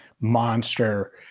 monster